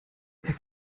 herr